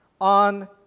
on